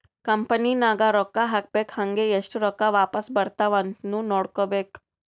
company ನಾಗ್ ರೊಕ್ಕಾ ಹಾಕ್ಬೇಕ್ ಹಂಗೇ ಎಸ್ಟ್ ರೊಕ್ಕಾ ವಾಪಾಸ್ ಬರ್ತಾವ್ ಅಂತ್ನು ನೋಡ್ಕೋಬೇಕ್